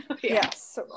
yes